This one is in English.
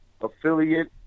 Affiliate